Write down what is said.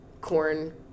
corn